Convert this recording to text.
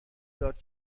داد